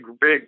big